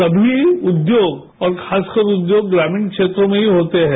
समी उद्योग और खासकर उद्योग ग्रामीण क्षेत्रों में ही होते हैं